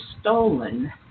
stolen